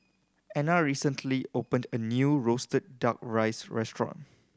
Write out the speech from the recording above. Ena recently opened a new roasted Duck Rice restaurant